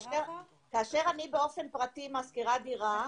כאשר אני באופן פרטי משכירה דירה,